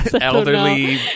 elderly